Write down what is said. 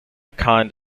kind